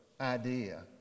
idea